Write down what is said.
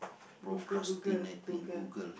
Google Google Google